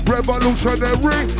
Revolutionary